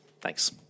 Thanks